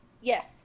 Yes